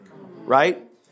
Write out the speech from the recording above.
Right